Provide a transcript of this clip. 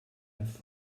have